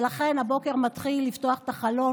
ולכן הבוקר מתחיל בלפתוח את החלון.